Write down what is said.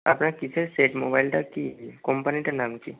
আপনার কীসের সেট মোবাইলটা কী কম্পানিটার নাম কী